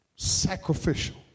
sacrificial